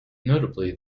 notably